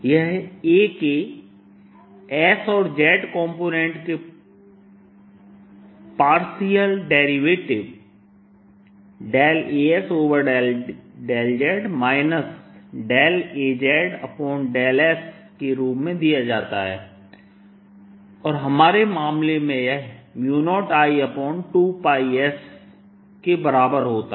यह A के s और z कॉम्पोनेंट के पार्शियल डेरिवेटिव As∂z Az∂s के रूप में दिया जाता है और हमारे मामले में यह 0I2πs के बराबर होता है